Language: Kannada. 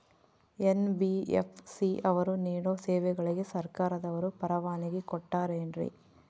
ಎನ್.ಬಿ.ಎಫ್.ಸಿ ಅವರು ನೇಡೋ ಸೇವೆಗಳಿಗೆ ಸರ್ಕಾರದವರು ಪರವಾನಗಿ ಕೊಟ್ಟಾರೇನ್ರಿ?